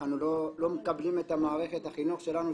אנחנו לא מקבלים את מערכת החינוך שלנו,